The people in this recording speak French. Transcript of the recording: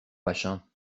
machin